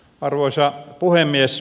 arvoisa puhemies